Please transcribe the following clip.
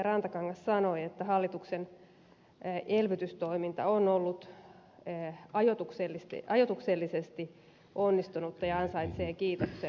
rantakangas sanoi että hallituksen elvytystoiminta on ollut ajoituksellisesti onnistunutta ja ansaitsee kiitoksen